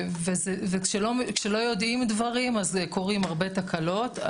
וכשלא יודעים דברים אז קורות הרבה תקלות,